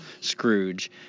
Scrooge